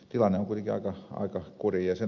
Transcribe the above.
tilanne on kuitenkin aika kurja